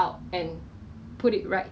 normal 糖 lor sugar